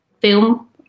film